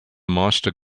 master